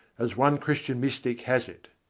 as one christian mystic has it.